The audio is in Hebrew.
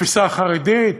לתפיסה החרדית,